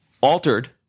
altered